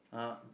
(uh huh)